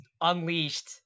unleashed